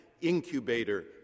incubator